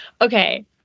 Okay